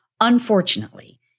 Unfortunately